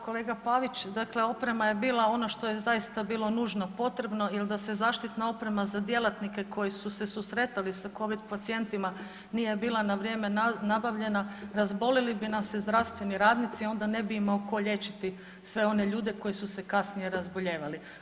kolega Pavić, dakle oprema je bila ono što je zaista bilo nužno potrebno jer da se zaštitna oprema za djelatnike koji su se susretali sa Covid pacijentima nije bila na vrijeme nabavljena, razbolili bi nam se zdravstveni radnici i onda ne bi imao tko liječiti sve one ljude koji su se kasnije razbolijevali.